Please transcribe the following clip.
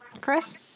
Chris